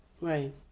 Right